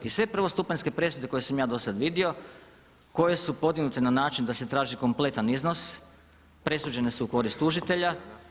I sve prvostupanjske presude koje sam ja do sad vidio koje su podignute na način da se traži kompletan iznos presuđene su u korist tužitelja.